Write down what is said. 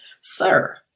sir